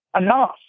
enough